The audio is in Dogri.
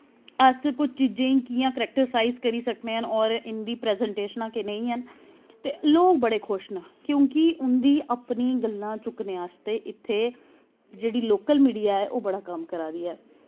अस कुछ चीजें गी कि'यां कैरेक्टराइज करी सकने न होर इं'दी प्रेजेंटेशनां कनेहियां न ते लोग बड़े खुश न क्योंकि उं'दी अपनी गल्लां चुक्कने आस्तै इ'त्थें जेह्ड़ी लोकल मीडिया ऐ ओह् बड़ा कम्म करा दी ऐ